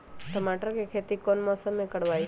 टमाटर की खेती कौन मौसम में करवाई?